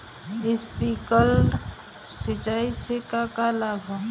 Sprinkler सिंचाई से का का लाभ ह?